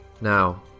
Now